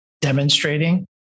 demonstrating